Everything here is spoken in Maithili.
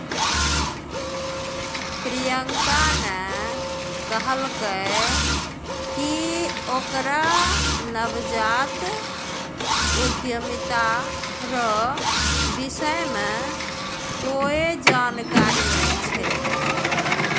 प्रियंका ने कहलकै कि ओकरा नवजात उद्यमिता रो विषय मे कोए जानकारी नै छै